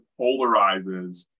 polarizes